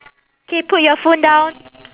K put your phone down